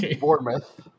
Bournemouth